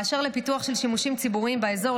באשר לפיתוח של שימושים ציבוריים באזור,